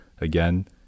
again